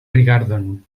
rigardon